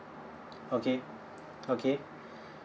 okay okay